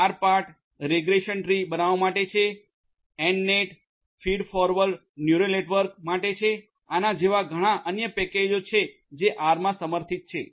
rpart regression tree બનાવવા માટે છે nnet feed forward neural network માટે છે આના જેવા ઘણા અન્ય પેકેજો છે જે આરમા સમર્થિત છે